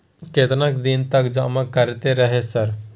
केतना दिन तक जमा करते रहे सर?